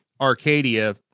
Arcadia